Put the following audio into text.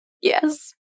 yes